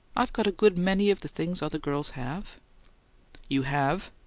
i've got a good many of the things other girls have you have?